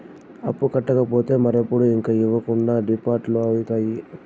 అప్పు కట్టకపోతే మరెప్పుడు ఇంక ఇవ్వకుండా డీపాల్ట్అయితాది